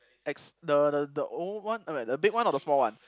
ex~ the the the old one I mean the big one or the small one